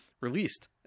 released